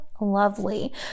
lovely